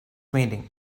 meeting